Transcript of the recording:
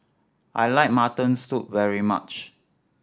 I like mutton soup very much